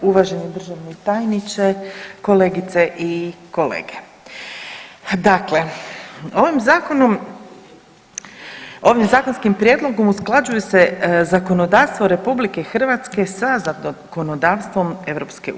Uvaženi državni tajniče, kolegice i kolege, dakle ovim zakonom, ovim zakonskim prijedlogom usklađuje se zakonodavstvo RH sa zakonodavstvom EU.